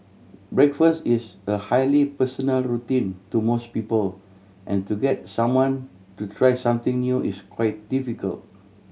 breakfast is a highly personal routine to most people and to get someone to try something new is quite difficult